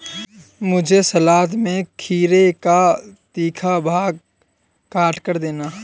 मुझे सलाद में खीरे का तीखा भाग काटकर देना